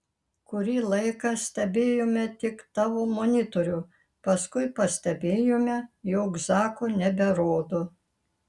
kurį laiką stebėjome tik tavo monitorių paskui pastebėjome jog zako neberodo